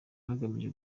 hagamijwe